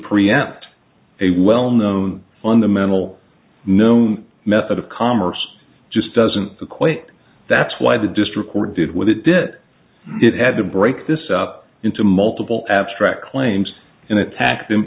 preempt a well known fundamental known method of commerce just doesn't equate that's why the district court did what it did it it had to break this up into multiple abstract claims and attacked them